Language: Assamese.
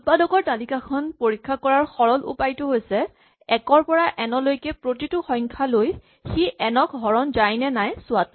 উৎপাদকৰ তালিকাখন পৰীক্ষা কৰাৰ সৰল উপায়টো হৈছে এক ৰ পৰা এন লৈকে প্ৰতিটো সংখ্যা লৈ সি এন ক হৰণ যায় নে নাই চোৱাটো